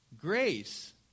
grace